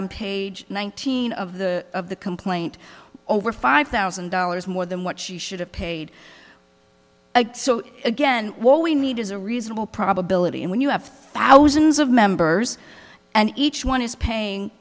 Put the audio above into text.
on page nineteen of the of the complaint over five thousand dollars more than what she should have paid so again what we need is a reasonable probability when you have thousands of members and each one is paying